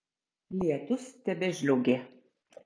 lietus tebežliaugė